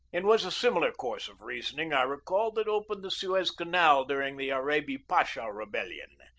it was a similar course of reasoning, i recalled, that opened the suez canal during the arabi pasha rebellion.